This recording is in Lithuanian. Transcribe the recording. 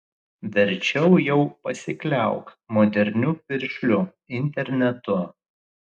verčiau jau pasikliauk moderniu piršliu internetu